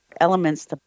elements